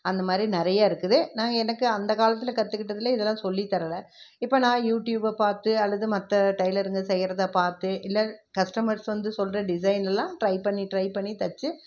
அந்த மாதிரி நிறைய இருக்குது நாங்கள் எனக்கு அந்த காலத்தில் கற்றுகிட்டதுலே இதெலாம் சொல்லி தரலை இப்போ நான் யூட்யூபை பார்த்து அல்லது மற்ற டைலருங்க செய்யறதை பார்த்து இல்லை கஸ்டமர்ஸ் வந்து சொல்கிற டிசைன்லலாம் ட்ரை பண்ணி ட்ரை பண்ணி தச்சு